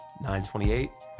9-28